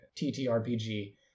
TTRPG